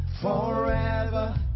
forever